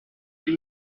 ibi